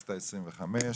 בכנסת העשרים-וחמש.